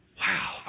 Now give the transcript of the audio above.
wow